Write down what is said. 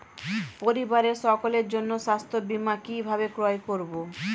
পরিবারের সকলের জন্য স্বাস্থ্য বীমা কিভাবে ক্রয় করব?